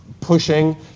pushing